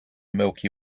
milky